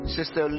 Sister